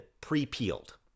pre-peeled